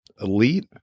Elite